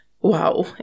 wow